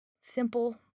simple